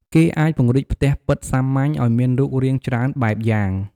គេអាចពង្រីកផ្ទះប៉ិតសាមញ្ញឱ្យមានរូបរាងច្រើនបែបយ៉ាង។